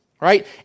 right